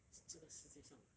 这个世界上